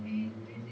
mm